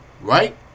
right